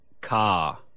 Car